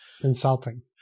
Insulting